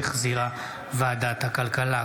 שהחזירה ועדת הכלכלה.